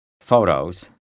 photos